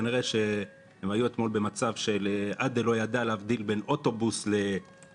כנראה שהם היו אתמול במצב של "עד דלא ידע" להבדיל בין אוטובוס לטויוטה,